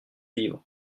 livre